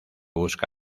busca